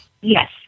Yes